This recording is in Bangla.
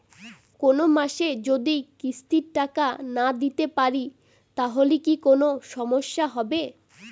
কোনমাসে যদি কিস্তির টাকা না দিতে পারি তাহলে কি কোন সমস্যা হবে?